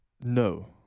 No